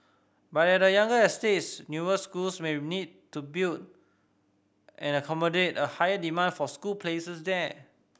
but at younger estates newer schools may need to built and accommodate a higher demand for school places there